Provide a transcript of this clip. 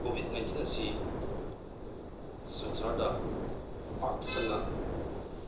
Covid nineteen ꯑꯁꯤ ꯁꯪꯁꯥꯔꯗ ꯄꯥꯛ ꯁꯟꯅ